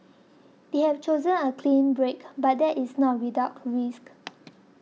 they have chosen a clean break but that is not without risk